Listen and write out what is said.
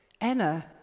Anna